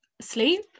sleep